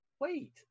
wait